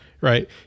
Right